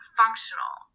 functional